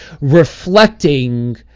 reflecting